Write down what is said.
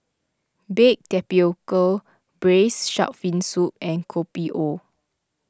Baked Tapioca Braised Shark Fin Soup and Kopi O